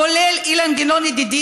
כולל אילן גילאון ידידי,